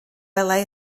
welai